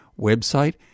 website